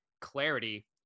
clarity